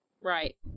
right